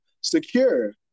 secure